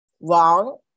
wrong